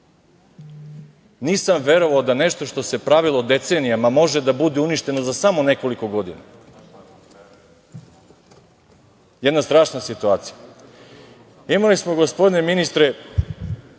Nisam verovao da nešto što se pravilo decenijama može da bude uništeno za samo nekoliko godina. Jedna strašna situacija. Imali smo gospodine ministre